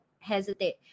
hesitate